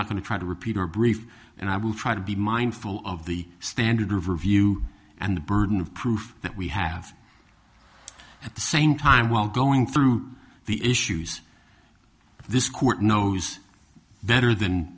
not going to try to repeat our brief and i will try to be mindful of the standard of review and the burden of proof that we have at the same time while going through the issues of this court knows better than